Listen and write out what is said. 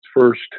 first